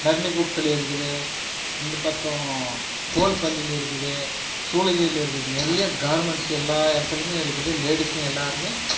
நல்லிகுப்பத்தில் இருக்குது இந்த பக்கம் கோல்பள்ளியில் இருக்குது சூளகிரியில் இருக்குது நிறைய கார்மெண்ட்ஸ் எல்லா இடத்துலயுமே இருக்குது லேடிஸுங்க எல்லோருமே